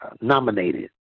nominated